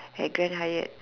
at Grand-Hyatt